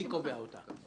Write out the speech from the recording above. מי קובע אותה.